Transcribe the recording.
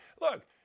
Look